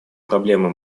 проблемы